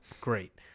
Great